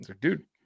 dude